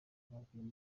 abaguye